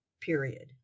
period